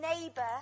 neighbor